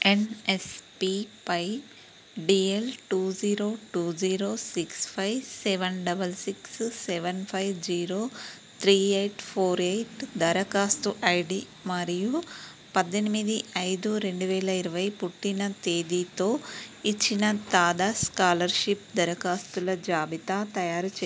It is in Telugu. ఎన్ఎస్పిపై dial two zero two zero six five seven double six seven five zero three eight four eight దరఖాస్తు ఐడి మరియు పద్దెనిమిది ఐదు రెండువేల ఇరవై పుట్టిన తేదీతో ఇచ్చిన తాదస్ స్కాలర్షిప్ దరఖాస్తుల జాబితా తయారుచేస్తావా